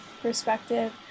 perspective